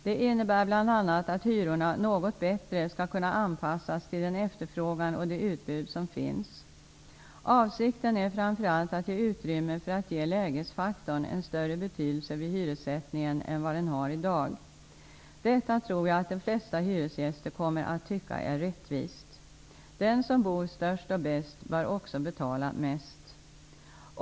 Det innebär bl.a. att hyrorna något bättre skall kunna anpassas till den efterfrågan och det utbud som finns. Avsikten är framför allt att ge utrymme för att ge lägesfaktorn en större betydelse vid hyressättningen än vad den har i dag. Detta tror jag att de flesta hyresgäster kommer att tycka är rättvist. Den som bor störst och bäst bör också betala mest.